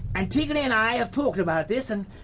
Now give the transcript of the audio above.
antigone and i have talked about this and